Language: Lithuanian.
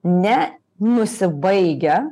ne nusibaigę